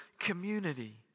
Community